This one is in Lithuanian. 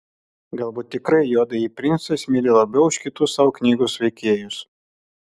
galbūt tikrai juodąjį princą jis myli labiau už kitus savo knygos veikėjus